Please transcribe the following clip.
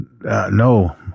No